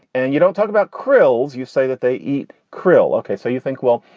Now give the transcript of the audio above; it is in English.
and you don't talk about krystle's. you say that they eat krill. ok so you think, well,